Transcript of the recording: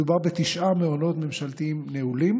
מדובר בתשעה מעונות ממשלתיים נעולים,